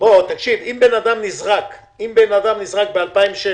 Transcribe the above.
אם אדם נזרק ב-2016